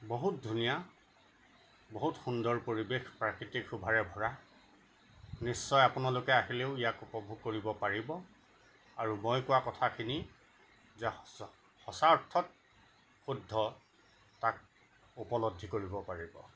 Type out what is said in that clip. বহুত ধুনীয়া বহুত সুন্দৰ পৰিৱেশ প্ৰাকৃতিক শোভাৰে ভৰা নিশ্চয় আপোনালোকে আহিলেও ইয়াক উপভোগ কৰিব পাৰিব আৰু মই কোৱা কথাখিনি যে সঁচা অৰ্থত শুদ্ধ তাক উপলদ্ধি কৰিব পাৰিব